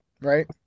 right